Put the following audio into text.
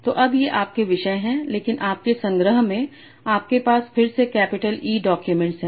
तो अब ये आपके विषय हैं लेकिन आपके संग्रह में आपके पास फिर से कैपिटल E डॉक्यूमेंट हैं